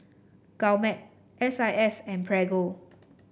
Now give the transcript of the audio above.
Gourmet S I S and Prego